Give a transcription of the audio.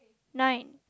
nine